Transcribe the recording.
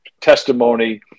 testimony